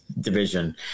division